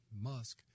Musk